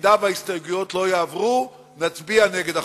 ובמידה שההסתייגויות לא יעברו נצביע נגד החוק.